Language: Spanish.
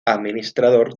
administrador